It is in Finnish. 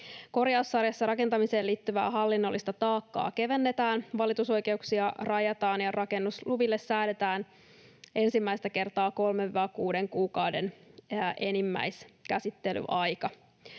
Korjaussarjassa rakentamiseen liittyvää hallinnollista taakkaa kevennetään, valitusoikeuksia rajataan ja rakennusluville säädetään ensimmäistä kertaa 3—6 kuukauden enimmäiskäsittelyaika.